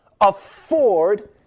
afford